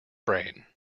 brain